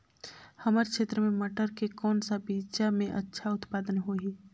हमर क्षेत्र मे मटर के कौन सा बीजा मे अच्छा उत्पादन होही?